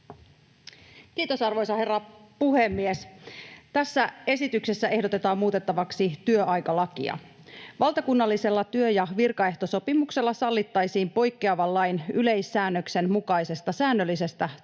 Kiitos, arvoisa herra puhemies! Tässä esityksessä ehdotetaan muutettavaksi työaikalakia. Valtakunnallisella työ- ja virkaehtosopimuksella säädettäisiin poikkeavan lain yleissäännöksen mukaisesta säännöllisestä työajasta